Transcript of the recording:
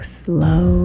slow